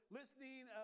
listening